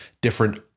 Different